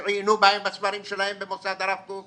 שעיינו בספרים שלהם במוסד הרב קוק